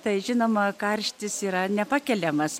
tai žinoma karštis yra nepakeliamas